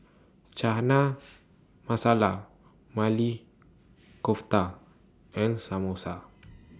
Chana Masala Maili Kofta and Samosa